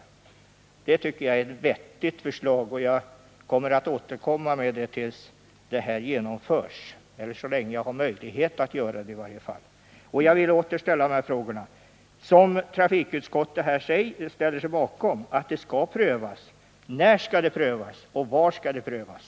Enligt min mening är detta ett vettigt förslag, och jag skall återkomma med det tills det har genomförts eller i varje fall så länge som jag har möjlighet att återkomma. Trafikutskottet ställer sig bakom en prövning och därför vill jag fråga: När och var skall det prövas?